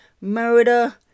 murder